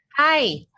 Hi